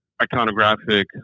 iconographic